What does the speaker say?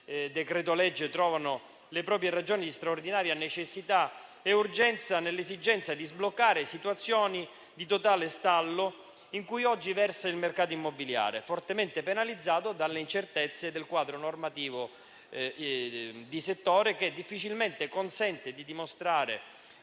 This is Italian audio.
decreto-legge trovano le proprie ragioni di straordinaria necessità e urgenza nell'esigenza di sbloccare situazioni di totale stallo in cui oggi versa il mercato immobiliare, fortemente penalizzato dalle incertezze del quadro normativo di settore, che difficilmente consente di dimostrare